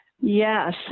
Yes